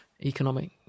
economic